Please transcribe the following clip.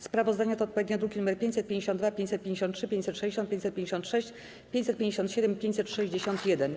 Sprawozdania to odpowiednio druki nr 552, 553, 560, 556, 557 i 561.